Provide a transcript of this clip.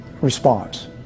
response